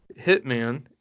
Hitman